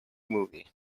movie